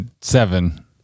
Seven